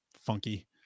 funky